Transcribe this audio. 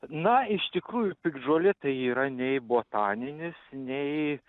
na iš tikrųjų piktžolė tai yra nei botaninis nei